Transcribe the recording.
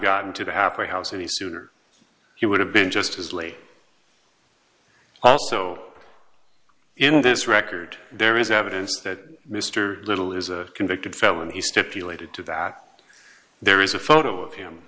gotten to the halfway house and the sooner he would have been just as late also in this record there is evidence that mr little is a convicted felon he stipulated to that there is a photo of him